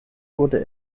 wurde